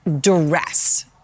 duress